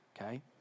okay